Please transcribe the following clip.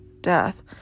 death